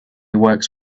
works